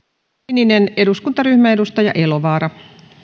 sininen eduskuntaryhmä edustaja elovaara